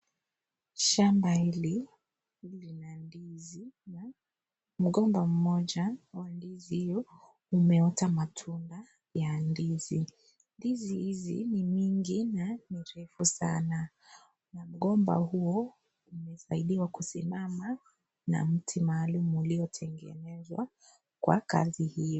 Shamba hili lina ndizi na mgomba mmoja wa ndizi hio umeota matunda ya ndizi, ndizi hizi ni mingi na ni refu sana na mgomba huo umesaidiwa kusimama na mti maalum uliotengenezwa kwa kazi hiyo.